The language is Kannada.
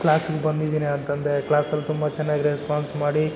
ಕ್ಲಾಸಿಗೆ ಬಂದಿದೀನಿ ಅಂತಂದೆ ಕ್ಲಾಸಲ್ಲಿ ತುಂಬ ಚೆನ್ನಾಗಿ ರೆಸ್ಪಾನ್ಸ್ ಮಾಡಿ